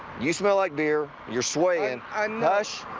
you smell like beer. you're swaying. and and hush.